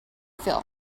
feel